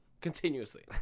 continuously